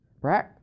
right